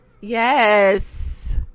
yes